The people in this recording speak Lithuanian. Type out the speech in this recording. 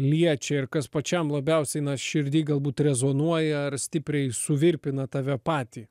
liečia ir kas pačiam labiausiai na širdį galbūt rezonuoja ar stipriai suvirpina tave patį